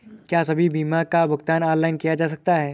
क्या सभी बीमा का भुगतान ऑनलाइन किया जा सकता है?